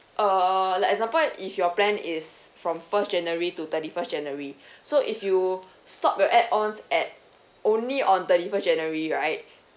uh like example if your plan is from first january to thirty first january so if you stop your add-ons at only on thirty first january right